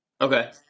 okay